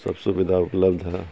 سب سویدھا اپلبدھ ہے